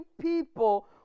people